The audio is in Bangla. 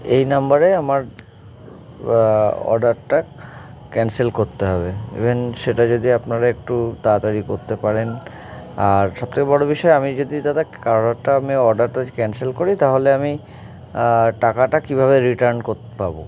এই নাম্বারে আমার অর্ডারটা ক্যান্সেল করতে হবে ইভেন সেটা যদি আপনারা একটু তাড়াতাড়ি করতে পারেন আর সব থেকে বড়ো বিষয়ে আমি যদি দাদা আমি অর্ডারটা ক্যান্সেল করি তাহলে আমি টাকাটা কীভাবে রিটার্ন করতে পারব